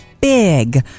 Big